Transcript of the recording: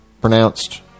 pronounced